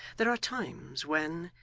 there are times when,